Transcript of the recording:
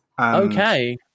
Okay